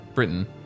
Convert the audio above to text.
Britain